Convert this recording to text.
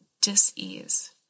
dis-ease